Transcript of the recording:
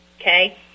okay